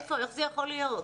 איך זה יכול להיות?